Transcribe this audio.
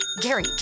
Gary